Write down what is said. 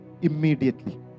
Immediately